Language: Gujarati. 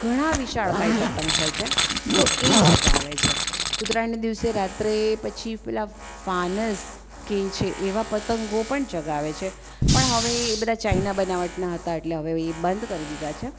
ઘણા વિશાળકાય પતંગ હોય છે તો એ ચગાવે છે ઉત્તરાયણને દિવસે રાત્રે પછી પેલા ફાનસ કહે છે એવા પતંગો પણ ચગાવે છે પણ હવે એ બધા ચાઈના બનાવટના હતા એટલે હવે એ બંધ કરી દીધા છે